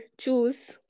choose